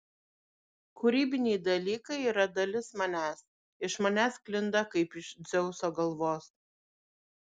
kūrybiniai dalykai yra dalis manęs iš manęs sklinda kaip iš dzeuso galvos